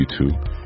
YouTube